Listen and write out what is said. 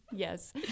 Yes